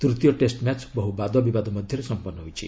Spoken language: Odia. ତୃତୀୟ ଟେଷ୍ଟ ମ୍ୟାଚ୍ ବହୁ ବାଦବିବାଦ ମଧ୍ୟରେ ସମ୍ପନ୍ନ ହୋଇଛି